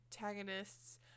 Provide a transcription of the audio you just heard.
antagonists